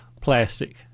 plastic